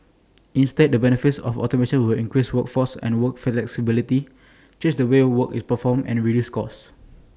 instead the benefits of automation will increase workforce and work flexibility change the way work is performed and reduce costs